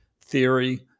Theory